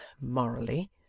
morally